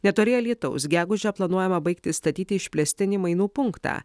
netoli alytaus gegužę planuojama baigti statyti išplėstinį mainų punktą